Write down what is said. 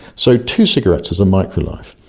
so, two cigarettes is a micro-life.